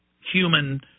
human